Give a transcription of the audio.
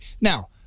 Now